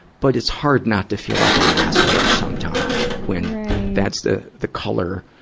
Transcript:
but it's hard not to feel like an asshole sometimes when that's the, the color.